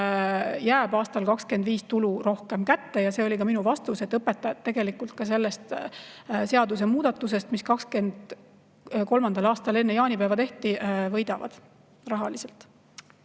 jääb aastal 2025 tulu rohkem kätte. See oli ka minu vastus, et õpetajad tegelikult sellest seadusemuudatusest, mis 2023. aastal enne jaanipäeva tehti, võidavad rahaliselt.